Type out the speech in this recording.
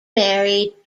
married